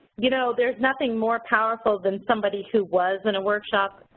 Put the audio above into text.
you know there's nothing more powerful than somebody who was in a workshop,